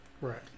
right